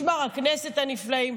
משמר הכנסת הנפלאים.